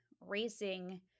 racing